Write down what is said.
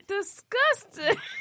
Disgusting